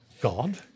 God